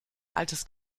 altes